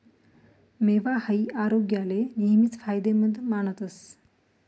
मेवा हाई आरोग्याले नेहमीच फायदेमंद मानतस